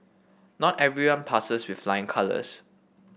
not everyone passes with flying colours